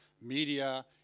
media